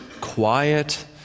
quiet